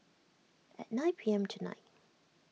at nine P M tonight